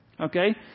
Okay